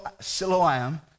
Siloam